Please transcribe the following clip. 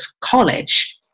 college